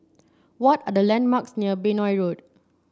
what are the landmarks near Benoi Road